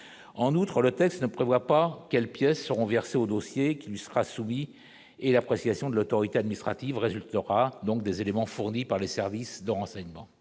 en outre, le texte ne prévoit pas quelles pièces seront versés au dossier qui lui sera soumis et l'appréciation de l'autorité administrative résultera donc des éléments fournis par les services de renseignement